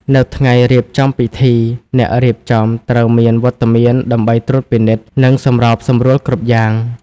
នៅថ្ងៃរៀបចំពិធី អ្នករៀបចំត្រូវមានវត្តមានដើម្បីត្រួតពិនិត្យ និងសម្របសម្រួលគ្រប់យ៉ាង។